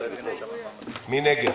מי נגד?